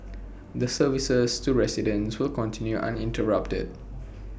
the services to residents will continue uninterrupted